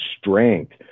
strength